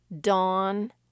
dawn